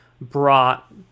brought